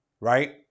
Right